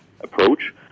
approach